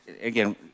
again